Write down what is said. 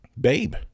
Babe